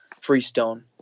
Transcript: freestone